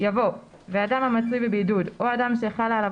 יבוא "ואדם המצוי בבידוד או אדם שחלה עליו